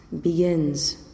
begins